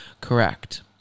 Correct